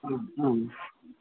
आम् आम्